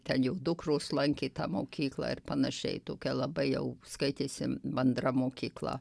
ten jau dukros lankė mokyklą ir panašiai tokia labai jau skaitėsi mandra mokykla